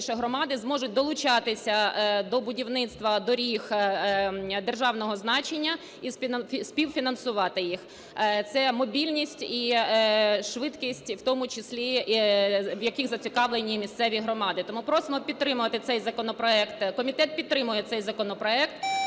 громади зможуть долучатися до будівництва доріг державного значення і співфінансувати їх. Це мобільність і швидкість, в тому числі в яких зацікавлені і місцеві громади. Тому просимо підтримати цей законопроект. Комітет підтримує цей законопроект,